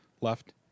left